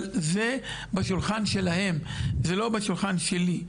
אבל זה בשולחן שלהם, זה לא בשולחן שלי.